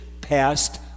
passed